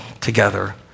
together